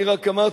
אני רק אמרתי,